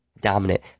dominant